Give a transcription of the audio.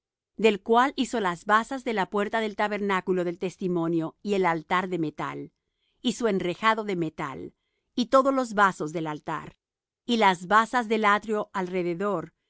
del cual hizo las basas de la puerta del tabernáculo del testimonio y el altar de metal y su enrejado de metal y todos los vasos del altar y las basas del atrio alrededor